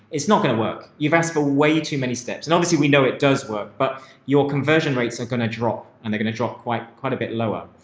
it's not going to work. you've asked for way too many steps and obviously we know it does work, but your conversion rates are going to drop and they're going to drop quite, quite a bit lower.